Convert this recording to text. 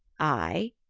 i,